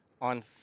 on